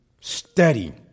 steady